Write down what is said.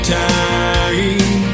time